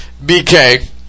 BK